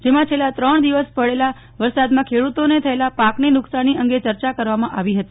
જેમા છેલ્લા ત્રણ દિવસ પડેલા વરસાદમાં ખેડૂતોને થયેલા પાકની નુક્સાની અંગે ચર્ચા કરવામાં આવી હતી